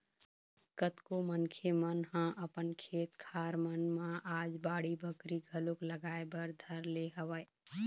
कतको मनखे मन ह अपन खेत खार मन म आज बाड़ी बखरी घलोक लगाए बर धर ले हवय